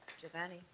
Giovanni